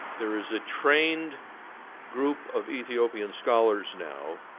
there is a trained group of ethiopian scholars now,